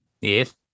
Yes